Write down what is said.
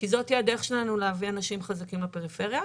כי זאת הדרך שלנו להביא אנשים חזקים לפריפריה.